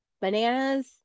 bananas